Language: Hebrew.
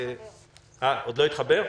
-- עוד לא התחבר.